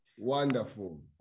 Wonderful